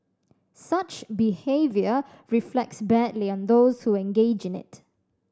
such behaviour reflects badly on those who engage in it